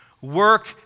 work